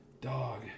dog